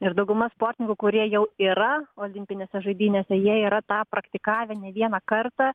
ir dauguma sportininkų kurie jau yra olimpinėse žaidynėse jie yra tą praktikavę ne vieną kartą